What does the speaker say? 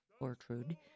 Ortrud